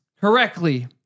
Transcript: correctly